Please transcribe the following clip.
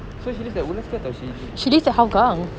so she lives at woodlands ke atau she live